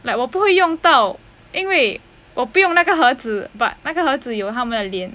like 我不会用到因为我不用那个盒子 but 那个盒子有他们的脸